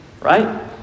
Right